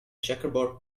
checkerboard